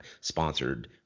sponsored